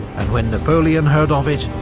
and when napoleon heard of it,